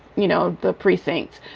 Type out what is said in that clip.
you know, the precinct?